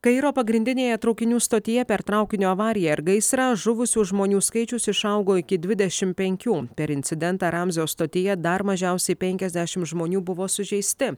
kairo pagrindinėje traukinių stotyje per traukinio avariją ir gaisrą žuvusių žmonių skaičius išaugo iki dvidešimt penkių per incidentą ramzio stotyje dar mažiausiai penkiasdešimt žmonių buvo sužeisti